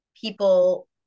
people